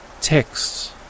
texts